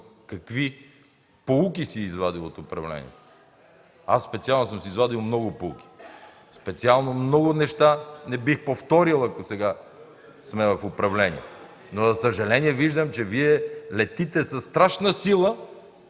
какви поуки си е извадил от управлението. Аз специално съм си извадил много поуки. Специално много неща не бих повторил, ако сега сме в управлението. За съжаление, виждам, че Вие летите със страшна сила